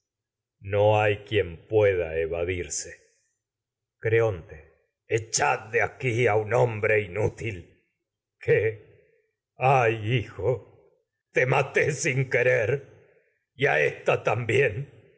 mox tales hay quien pueda evadirse creonte echad de aquí a un hombx e inútil que ay de hijo no te maté sé sin querer y a ésta también